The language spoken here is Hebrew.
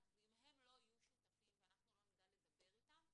ואם הם לא יהיו שותפים ואנחנו לא נדע לדבר אתם,